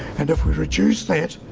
and if we reduce that,